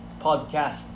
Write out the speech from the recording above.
podcast